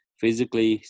physically